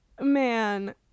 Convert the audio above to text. Man